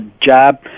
job